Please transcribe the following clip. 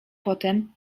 potem